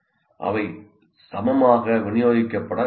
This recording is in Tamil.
அவை சமமாக விநியோகிக்கப்பட வேண்டியதில்லை